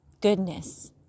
Goodness